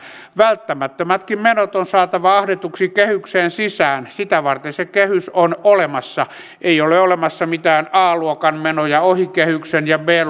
välttämättömätkin menot on saatava ahdetuksi kehykseen sisään sitä varten se kehys on olemassa ei ole olemassa mitään a luokan menoja ohi kehyksen ja b